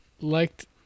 liked